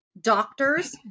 doctors